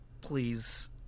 please